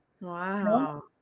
wow